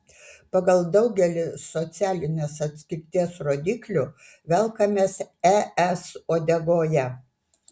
pagal daugelį socialinės atskirties rodiklių velkamės es uodegoje